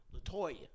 Latoya